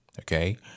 Okay